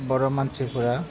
बर' मानसिफ्रा